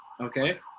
okay